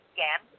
Again